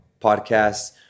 podcast